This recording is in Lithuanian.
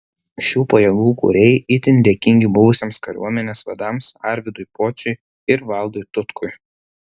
šių pajėgų kūrėjai itin dėkingi buvusiems kariuomenės vadams arvydui pociui ir valdui tutkui